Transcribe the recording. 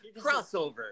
crossover